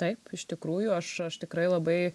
taip iš tikrųjų aš aš tikrai labai